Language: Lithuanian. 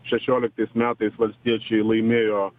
šešioliktas metais valstiečiai laimėjo